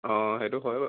অঁ সেইটো হয় বাৰু